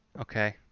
Okay